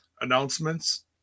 announcements